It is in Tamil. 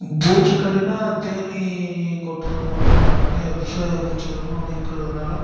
பூச்சிக்கடினா தேனீ கொட்டுறது மட்டும் இல்லை நிறைய விஷப்பூச்சிகளும் இருக்கிறதுனால